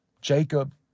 Jacob